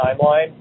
timeline –